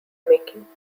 making